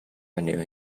renew